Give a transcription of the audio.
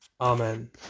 Amen